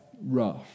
rough